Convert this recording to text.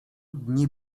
dni